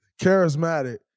charismatic